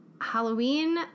Halloween